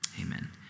Amen